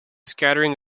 scattering